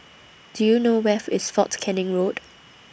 Do YOU know Where IS Fort Canning Road